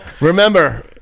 Remember